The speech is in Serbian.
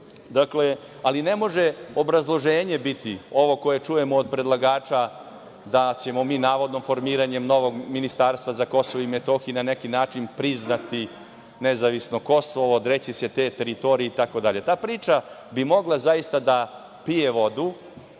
ali ne može obrazloženje biti ovo koje čujemo od predlagača, da ćemo mi navodno formiranjem novog ministarstva za Kosovo i Metohiju na neki način priznati nezavisno Kosovo, odreći se te teritorije, itd. Ta priča bi mogla zaista da pije vodu,